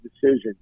decision